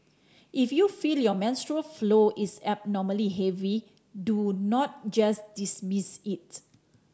if you feel your menstrual flow is abnormally heavy do not just dismiss it